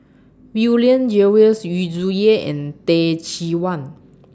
William Jervois Yu Zhuye and Teh Cheang Wan